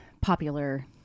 popular